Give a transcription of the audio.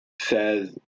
says